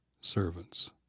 servants